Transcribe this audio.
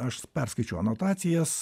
aš perskaičiau anotacijas